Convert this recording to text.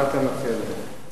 מה אתה מציע, אדוני?